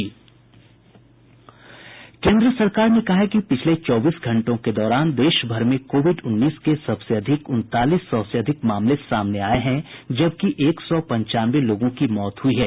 केन्द्र सरकार ने कहा है कि पिछले चौबीस घंटों के दौरान देश भर में कोविड उन्नीस के सबसे अधिक उनतालीस सौ मामले सामने आये हैं जबकि एक सौ पंचानवे लोगों की मौत हुई है